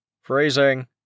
Phrasing